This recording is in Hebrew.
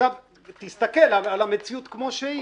עכשיו תסתכל על המציאות כמו שהיא.